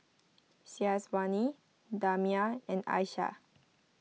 Syazwani Damia and Aisyah